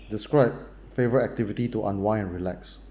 describe favourite activity to unwind and relax